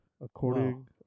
According